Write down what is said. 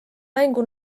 mängu